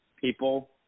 people